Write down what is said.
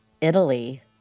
Italy